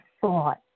thought